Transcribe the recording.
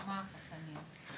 מה החסמים?